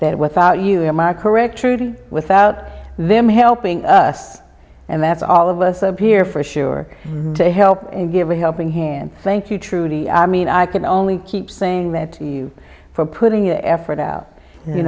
that without you him are correct truly without them helping us and that's all of us up here for sure to help and give a helping hand thank you truly i mean i can only keep saying that to you for putting effort out you